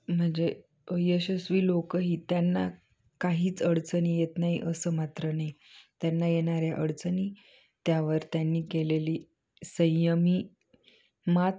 म्हणजे यशस्वी लोकंही त्यांना काहीच अडचणी येत नाही असं मात्र नाही त्यांना येनाऱ्या अडचणी त्यावर त्यांनी केलेली संयमी मात